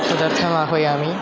तदर्थम् आह्वयामि